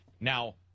Now